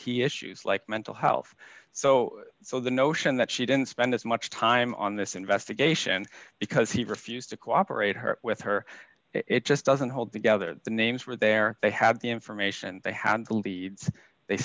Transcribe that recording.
key issues like mental health so so the notion that she didn't spend this much time on this investigation because he refused to cooperate her with her it just doesn't hold together the names were there they had the information they